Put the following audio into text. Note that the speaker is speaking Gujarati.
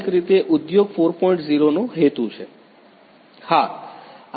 0 નો હેતુ છે